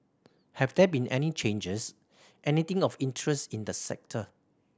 have there been any changes anything of interest in the sector